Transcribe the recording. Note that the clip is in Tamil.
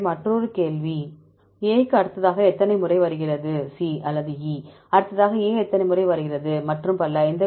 எனவே மற்றொரு கேள்வி A க்கு அடுத்ததாக எத்தனை முறை வருகிறது C அல்லது E க்கு அடுத்ததாக A எத்தனை முறை வருகிறது மற்றும் பல